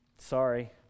Sorry